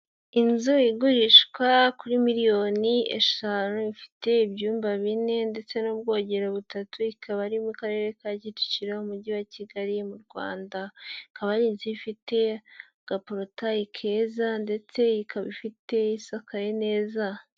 Inzu igurishwa kuri miliyoni eshanu, ifite ibyumba bine ndetse n'ubwogero butatu, ikaba iri mu Karere ka Kicukiro, Umujyi wa Kigali mu Rwanda, ikaba ari inzu ifite agaporotaye keza ndetse ikaba ifite isakaye neza.